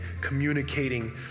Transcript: communicating